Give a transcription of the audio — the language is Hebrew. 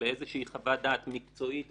באיזו שהיא חוות דעת מקצועית-ביטחונית,